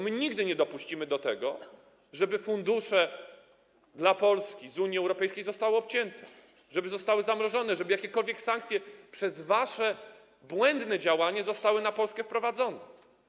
My nigdy nie dopuścimy do tego, żeby fundusze dla Polski z Unii Europejskiej zostały obcięte, żeby zostały zamrożone, żeby jakiekolwiek sankcje przez wasze błędne działanie zostały zastosowane wobec Polski.